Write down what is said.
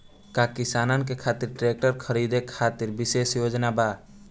का किसानन के खातिर ट्रैक्टर खरीदे खातिर विशेष योजनाएं बा?